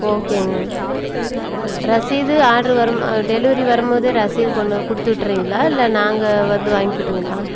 ஓகேங்க ர ரசீது ஆட்ரு வரும் டெலிவரி வரும் பாேதே ரசீது கொண் கொடுத்து விட்டுடுறிங்களா இல்லை நாங்கள் வந்து வாங்கிக்கிட்டுங்களா